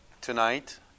tonight